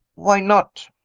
why not?